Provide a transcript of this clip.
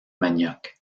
manioc